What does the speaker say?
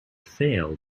failed